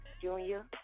Junior